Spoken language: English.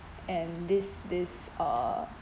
and this this uh